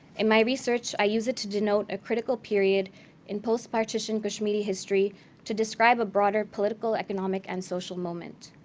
in my research, i use it to denote a critical period in post-partition kashmiri history to describe a broader political, economic, and social moment.